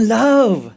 love